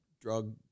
drug